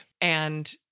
And-